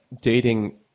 dating